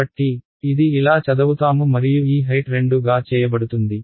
కాబట్టి ఇది ఇలా చదవుతాము మరియు ఈ హైట్ 2 గా చేయబడుతుంది